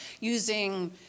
using